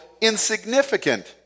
insignificant